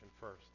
first